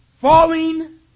Falling